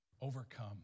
overcome